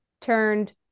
turned